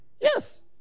yes